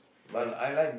my